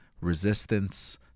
resistance